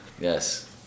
Yes